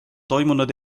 toimunud